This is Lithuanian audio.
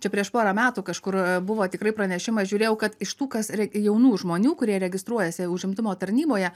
čia prieš porą metų kažkur buvo tikrai pranešimas žiūrėjau kad iš tų kas re jaunų žmonių kurie registruojasi užimtumo tarnyboje